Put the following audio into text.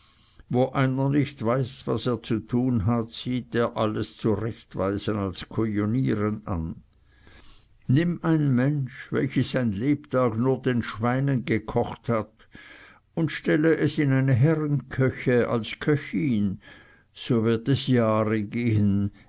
wo einer nicht weiß was er zu tun hat sieht er alles zurechtweisen als kujonieren an nimm ein mensch welches sein lebtag nur den schweinen gekocht hat und stelle es in eine herrenküche als köchin so wird es jahre gehen